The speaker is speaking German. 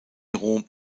rom